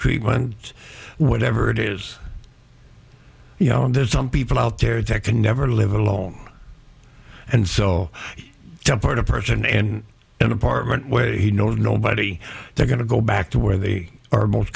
treatment whatever it is you know and there's some people out there that can never live alone and so part of person and an apartment where he knows nobody they're going to go back to where they are most